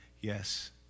yes